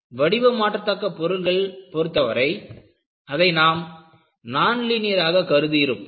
வடிவமாற்றத்தக்க பொருள்கள் பொருத்த வரை அதை நாம் நான் லீனியர் ஆக கருதி இருப்போம்